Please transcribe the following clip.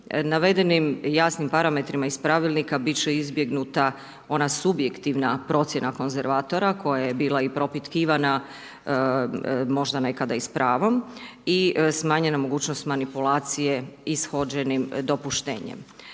Navedenim jasnim parametrima iz pravilnika, biti će izbjegnuta ona subjektivna, procjena konzervatora, koja je bila propitkivana, možda nekada i s pravom, i smanjena mogućnost manipulacija ishođenim dopuštenjem.